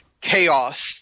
chaos